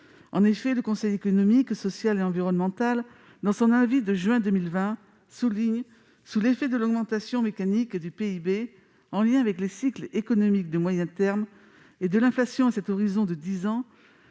juin 2020, le Conseil économique, social et environnemental souligne :« [Sous] l'effet de l'augmentation mécanique du PIB en lien avec les cycles économiques de moyen terme et de l'inflation à cet horizon de dix ans,